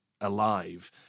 alive